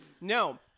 No